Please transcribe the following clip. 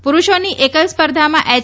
પુરુષોની એકલ સ્પર્ધામાં એય